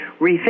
rethink